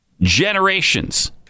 generations